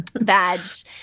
badge